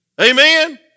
Amen